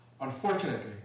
Unfortunately